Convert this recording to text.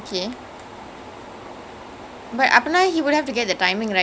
so that's ya so there's other kinds of villains as well